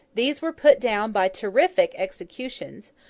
these were put down by terrific executions,